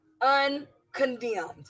uncondemned